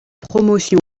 promotion